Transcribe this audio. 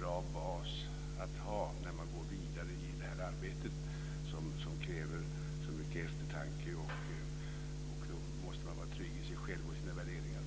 bra bas att ha när man går vidare i detta arbete som kräver så mycket eftertanke. Då måste man vara trygg i sig själv och i sina värderingar.